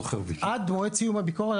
שעד מועד סיום הביקורת,